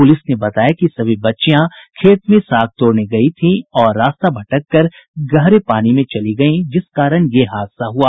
police ने बताया कि सभी बच्चियां खेत में साग तोड़ने गयी थीं और रास्ता भटकर गहरे पानी में चली गयी जिस कारण यह हादसा हुआ